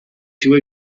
two